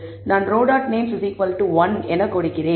names1ரோ dot names என கொடுக்கிறேன்